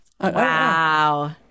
wow